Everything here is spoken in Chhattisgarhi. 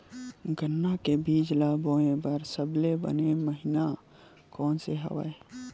गन्ना के बीज ल बोय बर सबले बने महिना कोन से हवय?